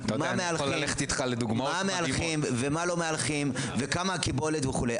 מה מהלכים ומה לא מהלכים וכמה הקיבולת וכו',